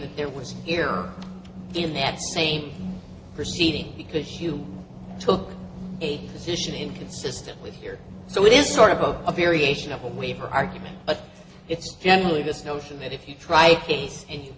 that there was here in that same proceeding because you took a position inconsistent with here so it is sort of a variation of a waiver argument but it's generally this notion that if you try case and you